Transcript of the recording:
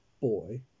boy